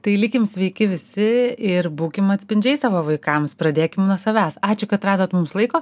tai likim sveiki visi ir būkim atspindžiais savo vaikams pradėkim nuo savęs ačiū kad radot mums laiko